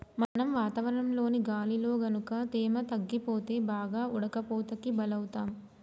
మనం వాతావరణంలోని గాలిలో గనుక తేమ తగ్గిపోతే బాగా ఉడకపోతకి బలౌతాం